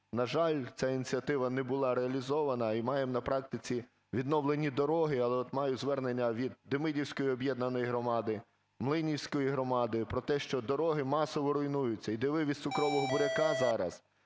На жаль, ця ініціатива не була реалізована. І маємо на практиці відновлені дороги, але от маю звернення від Демидівської об'єднаної громади, Млинівської громади, про те, що дороги масово руйнуються, іде вивіз цукрового буряка зараз